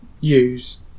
use